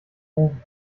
oben